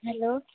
hello